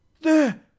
There